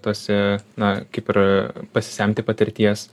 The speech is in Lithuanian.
tose na kaip ir pasisemti patirties